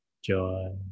joy